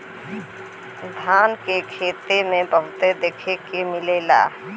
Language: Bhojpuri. धान के खेते में बहुते देखे के मिलेला